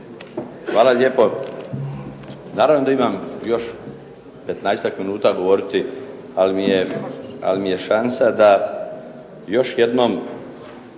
Hvala lijepo. Naravno da imam još 15-ak minuta govoriti, ali mi je šansa da još jednom